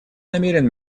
намерен